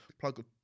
plug